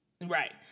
Right